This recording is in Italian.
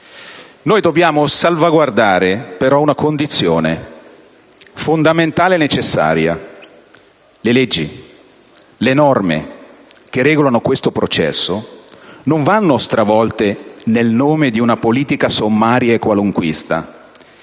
Noi dobbiamo salvaguardare, però, una condizione fondamentale e necessaria: le leggi. Le norme che regolano questo processo non vanno stravolte nel nome di una politica sommaria e qualunquista,